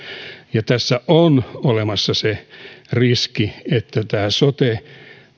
ja tässä on olemassa se riski että tämä sote